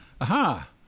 Aha